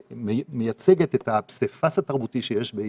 ושמייצגת את הפסיפס התרבותי שיש בישראל.